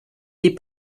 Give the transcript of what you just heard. des